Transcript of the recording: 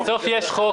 יש חוק.